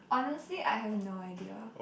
honestly I have no idea